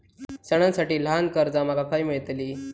सणांसाठी ल्हान कर्जा माका खय मेळतली?